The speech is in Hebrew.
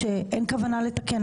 כשאין כוונה לתקן.